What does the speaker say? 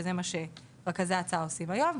שזה מה שרכזי ההצעה עושים היום.